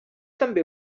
també